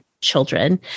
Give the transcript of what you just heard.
children